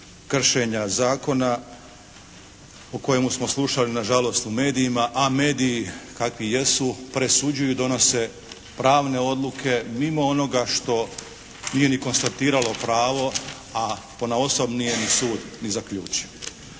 kršenja zakona o kojemu smo slušali nažalost u medijima a mediji kakvi jesu presuđuju i donose pravne odluke mimo onoga što nije ni konstatiralo pravo a ponaosob nije ni sud ni zaključio.